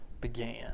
began